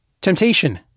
Temptation